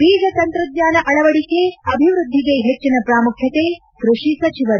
ಬೀಜ ತಂತ್ರಜ್ಞಾನ ಅಳವಡಿಕೆ ಅಭಿವೃದ್ಧಿಗೆ ಹೆಚ್ಚಿನ ಪ್ರಾಮುಖ್ಯತೆ ಸಚಿವ ಎನ್